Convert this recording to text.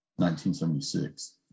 1976